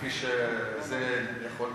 כפי שזה יכול,